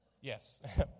Yes